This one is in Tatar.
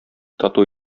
тату